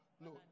No